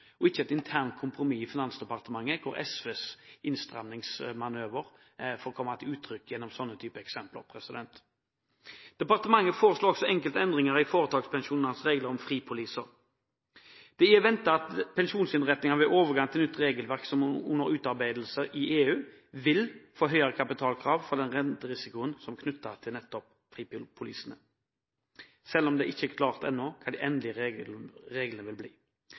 – ikke et internt kompromiss i Finansdepartementet, hvor SVs innstramningsmanøver får komme til uttrykk gjennom sånne typer eksempler. Departementet foreslår også enkelte endringer i foretakspensjonslovens regler om fripoliser. Det er ventet at pensjonsinnretningene ved overgangen til nytt regelverk, som er under utarbeidelse i EU, vil få høyere kapitalkrav for den renterisikoen som er knyttet til fripolisene, selv om det ennå ikke er klart hva de endelige reglene vil bli.